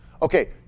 Okay